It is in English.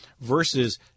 versus